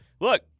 look